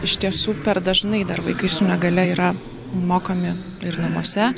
iš tiesų per dažnai dar vaikai su negalia yra mokomi ir namuose